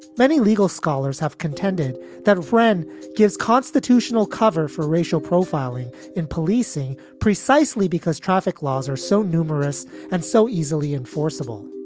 many legal scholars have contended that a friend gives constitutional cover for racial profiling in policing precisely because traffic laws are so numerous and so easily enforceable